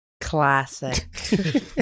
Classic